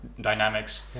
dynamics